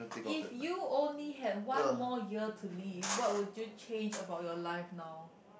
if you only have one more year to live what would you change about your life now